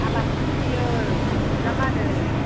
आलासि दंफैयो बिजामादै